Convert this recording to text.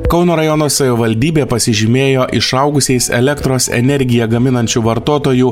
kauno rajono savivaldybė pasižymėjo išaugusiais elektros energiją gaminančių vartotojų